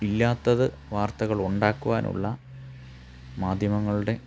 ഇല്ലാത്തത് വാർത്തകൾ ഉണ്ടാക്കുവാനുള്ള മാധ്യമങ്ങളുടെ